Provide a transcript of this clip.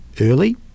early